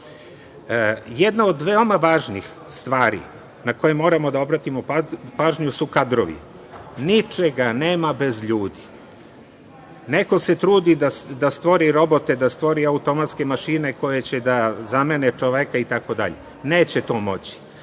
od veoma važnih stvari na koje moramo da obratimo pažnju su kadrovi. Ničega nema bez ljudi. Neko se trudi da stvori robote, da stvori automatske mašine koje će da zamene čoveka itd, neće to moći,